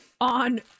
on